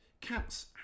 Cats